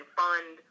fund